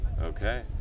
okay